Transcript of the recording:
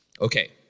Okay